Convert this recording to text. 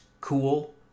cool